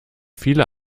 viele